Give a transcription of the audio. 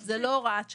זה לא הוראת שעה.